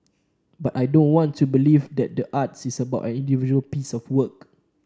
but I don't want to believe that the arts is about an individual piece of work